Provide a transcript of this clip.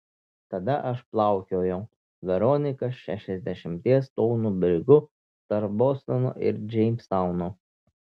tada aš plaukiojau veronika šešiasdešimties tonų brigu tarp bostono ir džeimstauno